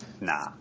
nah